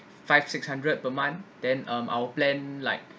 five six hundred per month then um our plan like